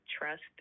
trust